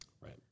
Right